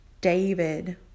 David